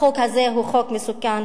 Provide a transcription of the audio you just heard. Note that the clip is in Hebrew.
החוק הזה הוא חוק מסוכן.